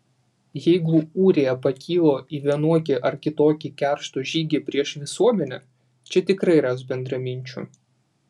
jeigu ūrija pakilo į vienokį ar kitokį keršto žygį prieš visuomenę čia tikrai ras bendraminčių